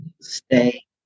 Stay